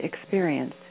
experience